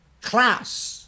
Class